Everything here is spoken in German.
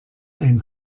ein